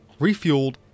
refueled